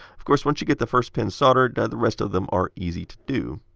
of course, once you get the first pin soldered, the rest of them are easy to do.